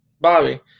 Bobby